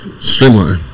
streamline